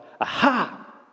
Aha